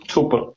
Super